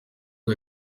aha